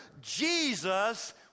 Jesus